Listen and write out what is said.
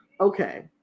Okay